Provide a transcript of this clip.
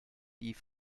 die